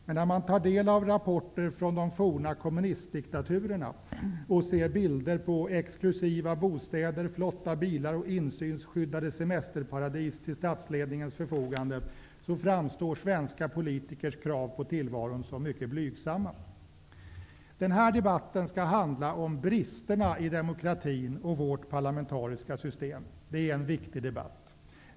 Men när man tar del av rapporter från de forna kommunistdiktaturerna och ser bilder på exklusiva bostäder, flotta bilar och insynsskyddade semesterparadis till statsledningens förfogande, framstår svenska politikers krav på tillvaron som mycket blygsamma. Den här debatten skall handla om bristerna i demokratin och vårt parlamentariska system. Det är en viktig debatt.